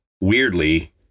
weirdly